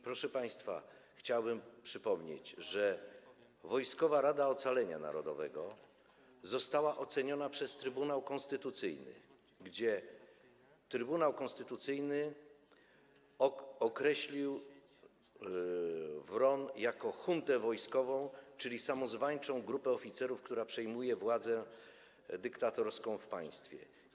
Proszę państwa, chciałbym przypomnieć, że Wojskowa Rada Ocalenia Narodowego została oceniona przez Trybunał Konstytucyjny, który określił WRON jako juntę wojskową, czyli samozwańczą grupę oficerów, która przejmuje władzę dyktatorską w państwie.